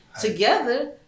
together